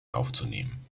aufzunehmen